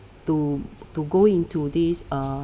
to to go into this uh